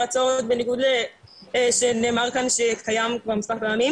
להרצאות בניגוד למה שנאמר כאן שקיים כבר מספר פעמים,